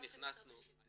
של משרדים שונים,